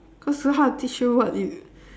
cause very hard to teach you what you